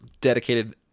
dedicated